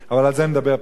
אבל על זה נדבר פעם אחרת.